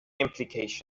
implications